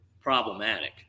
problematic